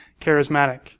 charismatic